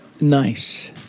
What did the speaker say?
nice